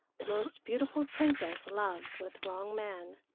most beautiful princess love with wrong man.